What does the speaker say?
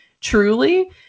truly